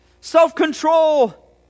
self-control